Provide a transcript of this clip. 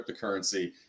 cryptocurrency